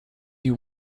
you